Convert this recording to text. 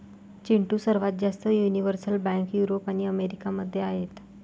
चिंटू, सर्वात जास्त universal bank Europe आणि अमेरिका मध्ये आहेत